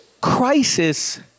crisis